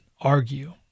argue